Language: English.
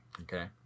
Okay